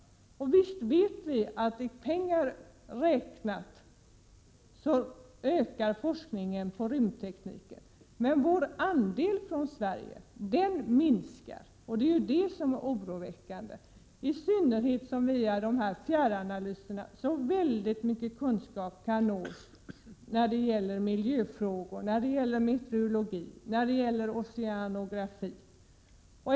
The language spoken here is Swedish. Visst vet vi att forskningen inom rymdtekniken ökar i pengar räknat, men Sveriges andel minskar, och det är det som är oroväckande, i synnerhet som så mycket kunskap kan nås via de här fjärranalyserna när det gäller miljöfrågor, meteorologi och oceanografi.